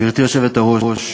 גברתי היושבת-ראש,